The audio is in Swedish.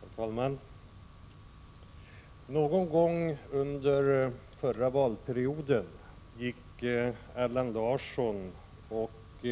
Herr talman! Någon gång under förra valperioden gick Allan Larsson och